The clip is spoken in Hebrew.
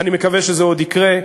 אני מקווה שזה עוד יקרה,